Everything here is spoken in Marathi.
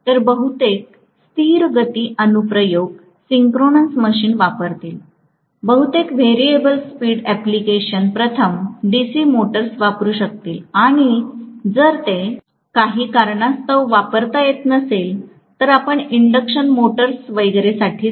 तर बहुतेक स्थिर गती अनुप्रयोग सिंक्रोनस मशीन वापरतील बहुतेक व्हेरिएबल स्पीड अँप्लिकेशन प्रथम डीसी मोटर्स वापरु शकतील आणि जर ते काही कारणास्तव वापरता येत नसेल तर आपण इंडक्शन मोटर्स वगैरेसाठी जाऊ